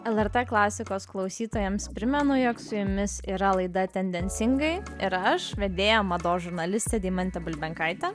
lrt klasikos klausytojams primenu jog su jumis yra laida tendencingai ir aš vedėja mados žurnalistė deimantė bulbenkaitė